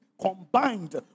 combined